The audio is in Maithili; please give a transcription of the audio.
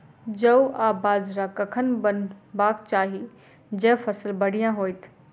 जौ आ बाजरा कखन बुनबाक चाहि जँ फसल बढ़िया होइत?